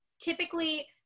typically